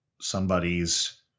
somebody's